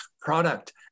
product